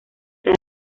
tras